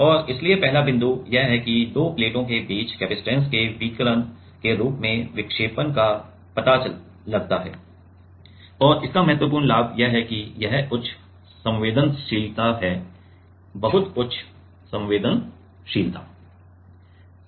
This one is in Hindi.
और इसलिए पहला बिंदु यह है कि दो प्लेटों के बीच कपसिटंस के विकिरण के रूप में विक्षेपण का पता लगाता है इसका महत्वपूर्ण लाभ यह है कि यह उच्च संवेदनशीलता है बहुत उच्च संवेदनशीलता